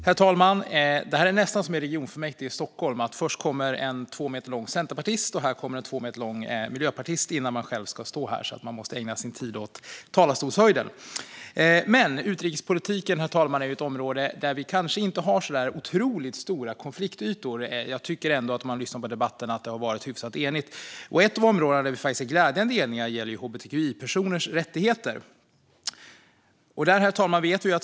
Herr talman! Utrikespolitiken är ju ett område där vi kanske inte har så stora konfliktytor. Jag tycker nu när jag har lyssnat på debatten att det har varit hyfsat enigt. Ett av områdena där vi är glädjande eniga är hbtqi-personers rättigheter.